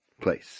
place